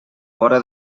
vora